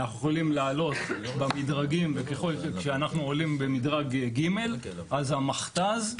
אנחנו יכולים לעלות במדרגים וככל שאנחנו עולים במדרג ג' אז המכת"ז,